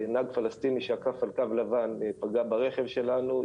נהג פלסטיני שעקף בקו לבן ופגע ברכב שלנו,